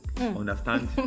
understand